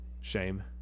Shame